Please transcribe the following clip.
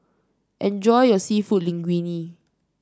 enjoy your seafood Linguine